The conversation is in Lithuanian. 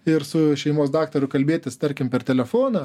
ir su šeimos daktaru kalbėtis tarkim per telefoną